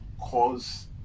cause